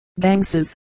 bankses